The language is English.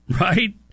right